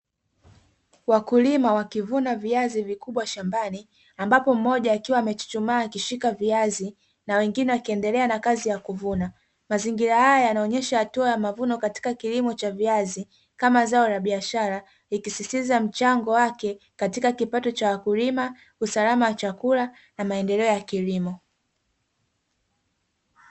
Wakulima wakivuna viazi vikubwa shambani, ambapo mmoja akiwa amechuchumaa akishika viazi na wengine wakiendelea na kazi ya kuvuna; mazingira haya yanaonyesha hatua ya mavuno katika kilimo cha viazi kama zao la biashara likisisitiza mchango wake katika: kipato cha wakulima, usalama wa chakula na maendeleo ya kilimo.